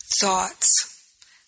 thoughts